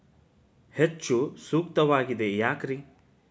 ಹೆಚ್ಚು ಸೂಕ್ತವಾಗಿದೆ ಯಾಕ್ರಿ?